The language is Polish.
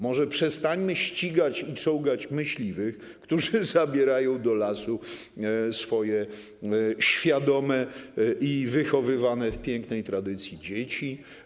Może przestańmy ścigać i czołgać myśliwych, którzy zabierają do lasu swoje świadome i wychowywane w pięknej tradycji dzieci.